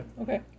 Okay